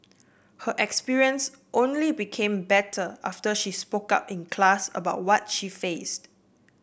her experience only became better after she spoke up in class about what she faced